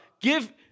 Give